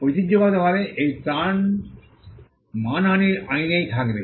ঐতিহ্যগতভাবে এই ত্রাণ মানহানির আইনেই থাকবে